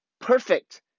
perfect